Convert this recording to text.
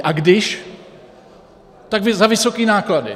A když, tak za vysoké náklady.